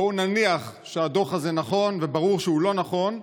בואו נניח שהדוח הזה נכון, וברור שהוא לא נכון,